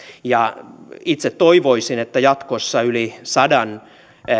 itse toivoisin että jatkossa yli sadan